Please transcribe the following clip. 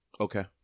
Okay